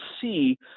see